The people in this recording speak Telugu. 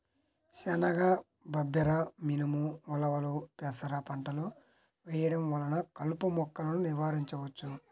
శనగ, బబ్బెర, మినుము, ఉలవలు, పెసర పంటలు వేయడం వలన కలుపు మొక్కలను నివారించవచ్చు